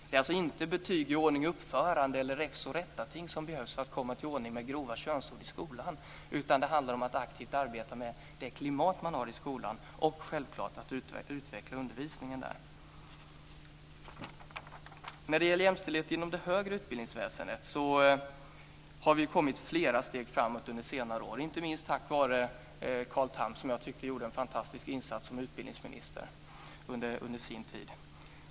Det är alltså inte betyg i ordning och uppförande eller räfst och rättarting som behövs för att komma till ordning med grova könsord i skolan, utan det handlar om att aktivt arbeta med det klimat man har i skolan och, självklart, att utveckla undervisningen där. När det gäller jämställdhet inom det högre utbildningsväsendet har vi kommit flera steg framåt under senare år, inte minst tack vare Carl Tham, som jag tyckte gjorde en fantastisk insats som utbildningsminister under sin tid.